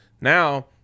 Now